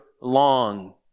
long